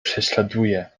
prześladuje